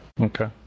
Okay